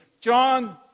John